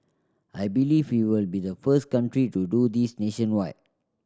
I believe we will be the first country to do this nationwide